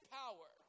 power